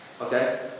Okay